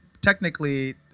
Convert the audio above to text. technically